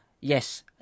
Yes